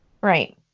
Right